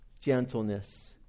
gentleness